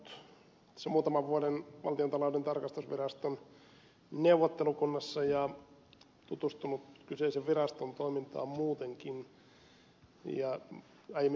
minä olen ollut muutaman vuoden valtiontalouden tarkastusviraston neuvottelukunnassa ja tutustunut kyseisen viraston toimintaan muutenkin aiemmin tarkastusvaliokunnan jäsenenä